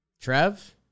Trev